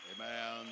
amen